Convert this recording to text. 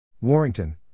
Warrington